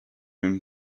him